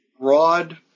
broad